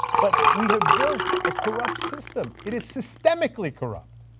but we have built a corrupt system. it is systemically corrupt.